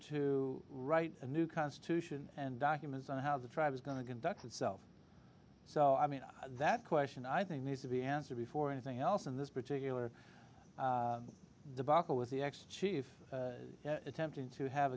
to write a new constitution and documents on how the tribe was going to conduct itself so i mean that question i think needs to be answered before anything else in this particular debacle with the x chief attempting to have